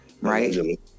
right